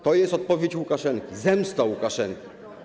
To jest odpowiedź Łukaszenki, zemsta Łukaszenki.